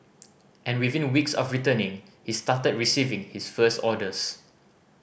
and within weeks of returning he started receiving his first orders